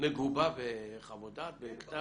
מגובה בחוות דעת בכתב?